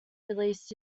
released